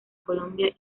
colombia